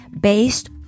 based